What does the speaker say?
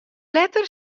letter